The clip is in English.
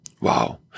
wow